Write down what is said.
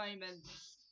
moments